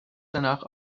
danach